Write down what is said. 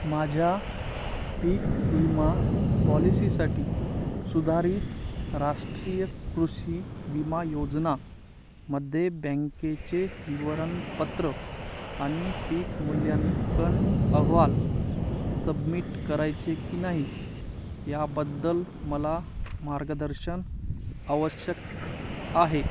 माझ्या पीक विमा पॉलिसीसाठी सुधारित राष्ट्रीय कृषी विमा योजनेमध्ये बँकेचे विवरणपत्र आणि पीक मूल्यांकन अहवाल सबमिट करायचे की नाही याबद्दल मला मार्गदर्शन आवश्यक आहे